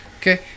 Okay